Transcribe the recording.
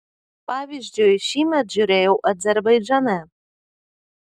pavyzdžiui šįmet žiūrėjau azerbaidžane